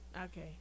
Okay